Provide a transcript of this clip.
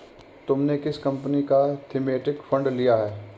तुमने किस कंपनी का थीमेटिक फंड लिया है?